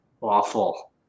awful